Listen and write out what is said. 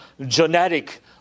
genetic